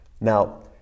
now